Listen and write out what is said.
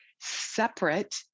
separate